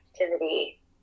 activity